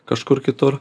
kažkur kitur